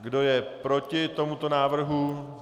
Kdo je proti tomuto návrhu?